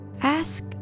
ask